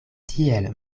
tiel